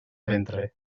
ventre